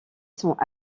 sont